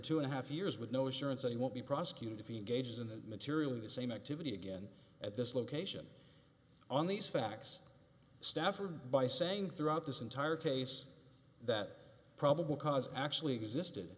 two and a half years with no assurance that he won't be prosecuted if you engage in materially the same activity again at this location on these facts stafford by saying throughout this entire case that probable cause actually existed